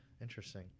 Interesting